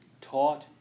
taught